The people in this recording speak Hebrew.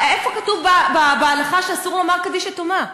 איפה כתוב בהלכה שאסור לומר "קדיש יתומה"?